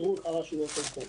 תראו איך הרשויות עובדות.